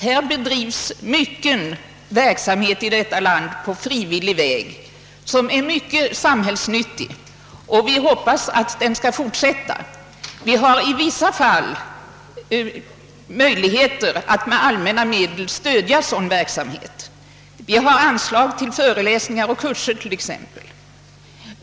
Det bedrivs mycken verksamhet i detta land på frivillig väg som är synnerligen samhällsnyttig, och vi hoppas att den skall fortsätta. Vi har i vissa fall möjligheter att med allmänna medel stödja sådan verksamhet — vi ger exempelvis anslag till föreläsningar och kurser.